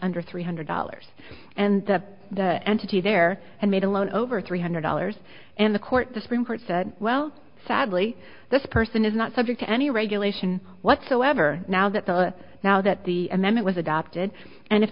under three hundred dollars and the entity there and made a loan over three hundred dollars and the court the supreme court said well sadly this person is not subject to any regulation whatsoever now that the now that the and then it was adopted and if